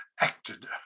acted